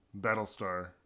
Battlestar